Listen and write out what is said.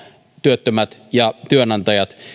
työttömät ja työnantajat eivät